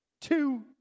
Two